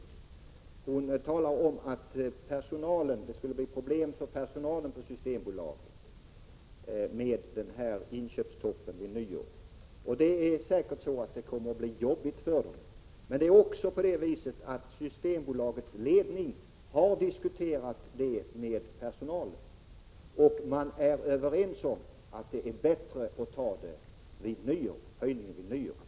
Hon talar om att det skulle bli problem för personalen på Systembolaget med en inköpstopp vid nyår. Det kommer säkert att bli jobbigt för personalen, men Systembolagets ledning har diskuterat detta med dem, och man är överens om att det är bättre att ta prishöjningen vid nyår än en månad senare.